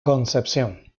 concepción